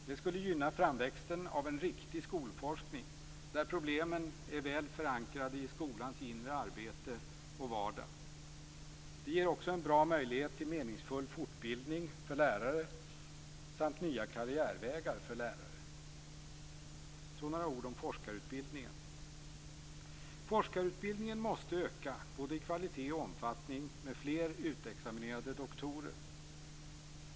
Det skulle gynna framväxten av en riktig skolforskning, där problemen är väl förankrade i skolans inre arbete och vardag. Det ger en bra möjlighet för meningsfull fortbildning för lärare samt nya karriärvägar för lärare. Så några ord om forskarutbildningen. Forskarutbildningen måste öka i kvalitet och omfattning med fler utexaminerade doktorer.